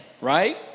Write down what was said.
right